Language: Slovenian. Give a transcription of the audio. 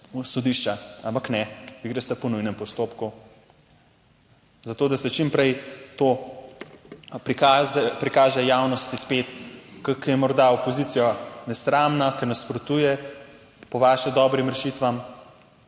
sodišča, ampak ne, vi greste po nujnem postopku, zato da se čim prej to prikaže javnosti spet, ko je morda opozicija nesramna, ki nasprotuje, po vaše dobrim rešitvam,